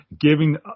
giving